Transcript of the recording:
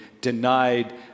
denied